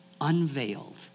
unveiled